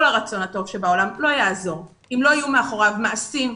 כל הרצון הטוב שבעולם לא יעזור אם לא יהיו מאחוריו מעשים,